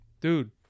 Dude